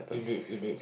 indeed indeed